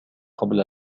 قبل